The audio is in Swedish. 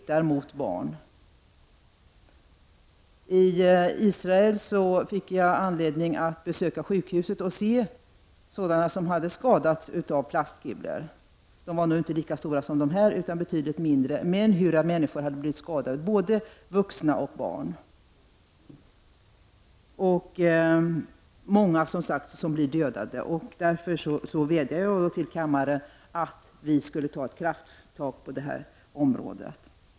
Vid mitt besök i Israel fick jag anledning att besöka ett sjukhus och se sådana personer som hade skadats av plastkulor. De kulorna var inte lika stora som dem som jag har med mig här, men både vuxna och barn var skadade. Många dödas också. Därför vädjar jag till kammaren om krafttag i denna fråga.